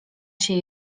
się